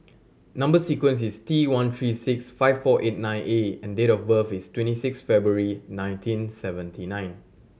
number sequence is T one three six five four eight nine A and date of birth is twenty six February nineteen seventy nine